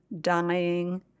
dying